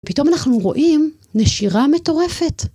פתאום אנחנו רואים נשירה מטורפת.